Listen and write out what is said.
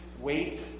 Wait